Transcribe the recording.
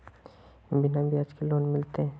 बिना ब्याज के लोन मिलते?